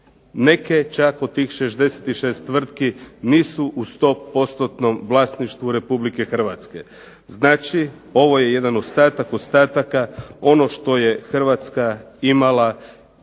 Neke čak od tih 66 tvrtki nisu u sto postotnom vlasništvu Republike Hrvatske. Znači, ovo je jedan ostatak ostataka, ono što je Hrvatska imala